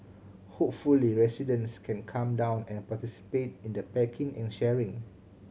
hopefully residents can come down and participate in the packing and sharing